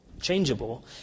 changeable